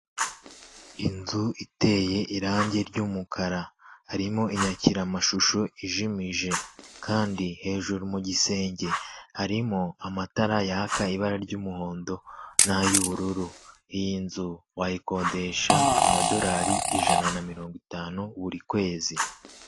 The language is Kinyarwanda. Inzu iteye irange ry'umukara harimo inyakiramashusho ijimije kandi hejuru mu gisenge harimo amatara yaka ibara ry'umuhondo n'ay'ubururu, iyi nzu wayikodesha amadolari ijana na mirongo itanu buri kwezi.